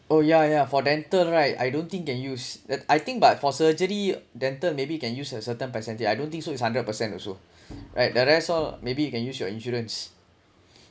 oh yeah yeah for dental right I don't think can use that I think but for surgery dental maybe can use a certain percentage I don't think so it's hundred percent also right the rest all maybe can use your insurance